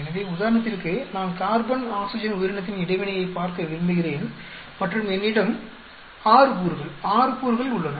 எனவே உதாரணத்திற்கு நான் கார்பன் ஆக்ஸிஜன் உயிரினத்தின் இடைவினையைப் பார்க்க விரும்பிகிறேன் மற்றும் என்னிடம் 6 கூறுகள் 6 கூறுகள் உள்ளன